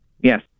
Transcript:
Yes